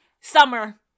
Summer